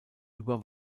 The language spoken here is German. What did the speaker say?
über